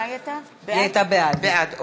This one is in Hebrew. היא הייתה בעד.